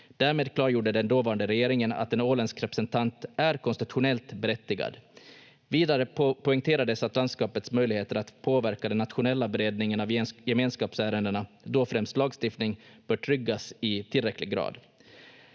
Därmed klargjorde den dåvarande regeringen att en åländsk representant är konstitutionellt berättigad. Vidare poängterades att landskapets möjligheter att påverka den nationella beredningen av gemenskapsärendena, då främst lagstiftning, bör tryggas i tillräcklig grad.